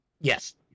Yes